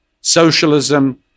socialism